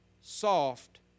soft